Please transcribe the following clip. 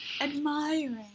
admiring